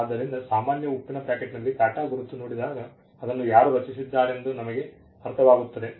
ಆದ್ದರಿಂದ ಸಾಮಾನ್ಯ ಉಪ್ಪಿನ ಪ್ಯಾಕೆಟ್ನಲ್ಲಿ ಟಾಟಾ ಗುರುತು ನೋಡಿದಾಗ ಅದನ್ನು ಯಾರು ರಚಿಸಿದ್ದಾರೆಂದು ನಮಗೆ ಅರ್ಥವಾಗುತ್ತದೆ